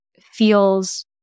feels